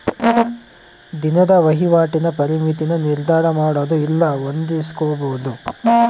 ದಿನದ ವಹಿವಾಟಿನ ಪರಿಮಿತಿನ ನಿರ್ಧರಮಾಡೊದು ಇಲ್ಲ ಹೊಂದಿಸ್ಕೊಂಬದು